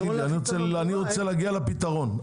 אני רוצה להגיע לפתרון.